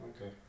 Okay